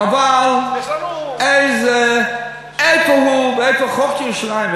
אבל איפה הוא ואיפה חוק ירושלים?